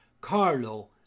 Carlo